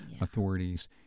authorities